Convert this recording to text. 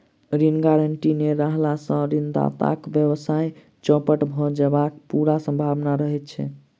ऋण गारंटी नै रहला सॅ ऋणदाताक व्यवसाय चौपट भ जयबाक पूरा सम्भावना रहैत छै